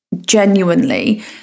genuinely